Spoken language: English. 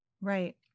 Right